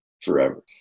forever